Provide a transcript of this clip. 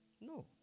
No